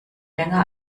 länger